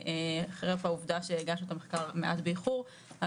חרף העובדה שהגשנו את המחקר מעט באיחור על